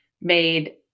made